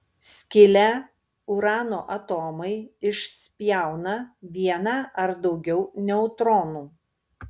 skilę urano atomai išspjauna vieną ar daugiau neutronų